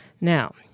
Now